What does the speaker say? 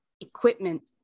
equipment